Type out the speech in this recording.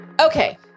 Okay